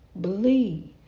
Believe